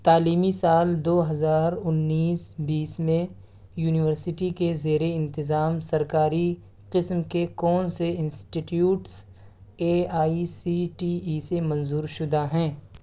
تعلیمی سال دو ہزار انیس بیس میں یونیورسٹی کے زیر انتظام سرکاری قسم کے کون سے institutes A I C T E سے منظور شدہ ہیں